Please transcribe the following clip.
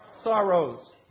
Sorrows